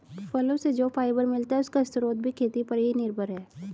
फलो से जो फाइबर मिलता है, उसका स्रोत भी खेती पर ही निर्भर है